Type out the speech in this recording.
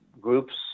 groups